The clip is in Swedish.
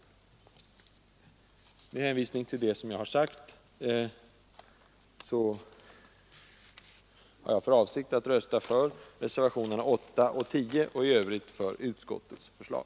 Jag har — med hänvisning till vad jag här sagt — för avsikt att rösta för reservationerna 8 och 10 och i övrigt för utskottets förslag.